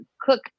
cook